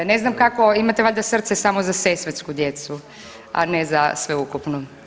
Ne znam kako imate valjda srce samo za sesvetsku djecu a ne za sveukupno.